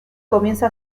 comienza